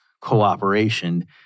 cooperation